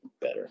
better